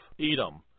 Edom